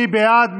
מי בעד?